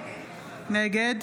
נגד